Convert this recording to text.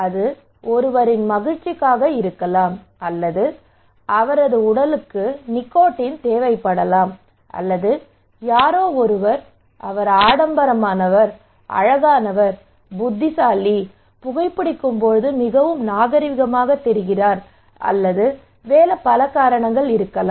அது ஒருவரின் மகிழ்ச்சிக்காக இருக்கலாம் அல்லது அவரது உடலுக்கு நிகோடின் தேவைப்படலாம் அல்லது யாரோ ஒருவர் அவர் ஆடம்பரமானவர் அழகானவர் புத்திசாலி புகைபிடிக்கும் போது மிகவும் நாகரீகமாகத் தெரிகிறார் அல்லது வேறு பல காரணங்கள் இருக்கலாம்